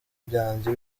byanjye